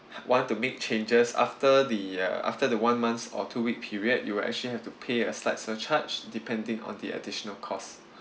want to make changes after the uh after the one month's or two week period you will actually have to pay a slight surcharge depending on the additional cost